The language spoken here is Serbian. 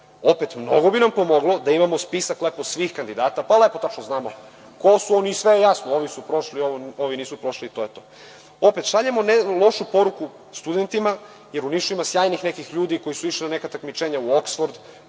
Ovo bi nam pomoglo da imamo spisak svih kandidata pa lepo i tačno znamo ko su oni i onda je sve jasno, ovi su prošli, ovi nisu prošli i to je to. Šaljemo lošu poruku studentima, jer u Nišu ima sjajnih nekih ljudi koji su išli na neka takmičenja u Oksford,